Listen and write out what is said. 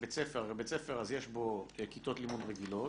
בית ספר, הרי בית ספר, יש בו כיתות לימוד רגילות,